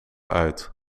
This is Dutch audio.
uit